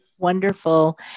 Wonderful